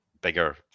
bigger